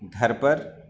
گھر پر